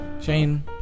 Shane